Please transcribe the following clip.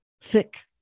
Thick